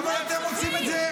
למה אתה מחלק צ'ופרים?